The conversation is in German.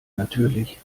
natürlich